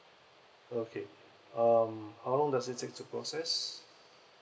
okay um how long does it take to process